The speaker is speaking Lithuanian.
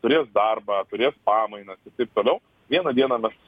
turės darbą turės pamainas ir taip toliau vieną dieną mes